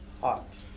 hot